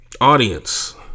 Audience